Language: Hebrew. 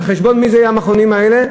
על חשבון מי זה יהיה, המכונים האלה?